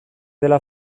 dela